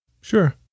sure